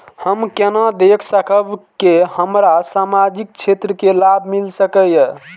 हम केना देख सकब के हमरा सामाजिक क्षेत्र के लाभ मिल सकैये?